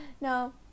No